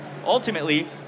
ultimately